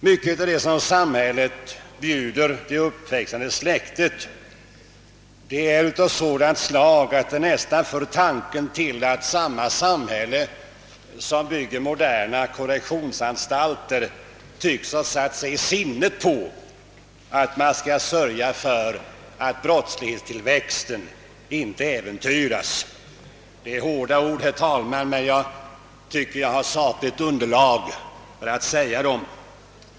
Mycket av det som samhället bjuder det uppväxande släktet är av sådant slag att det nästan för tanken till att samma samhälle som bygger moderna korrektionsanstalter tycks ha satt sig i sinnet att sörja för att brottslighetstillväxten inte äventyras. Detta är hårda ord, herr talman, men jag anser mig ha sakligt underlag för att ytira dem.